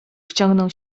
wciągnął